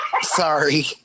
Sorry